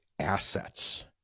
assets